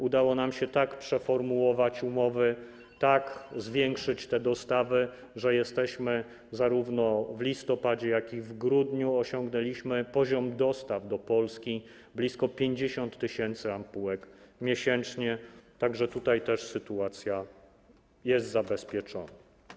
Udało nam się tak przeformułować umowy, tak zwiększyć te dostawy, że zarówno w listopadzie, jak i w grudniu osiągnęliśmy poziom dostaw do Polski sięgający blisko 50 tys. ampułek miesięcznie, tak że tutaj sytuacja też jest zabezpieczona.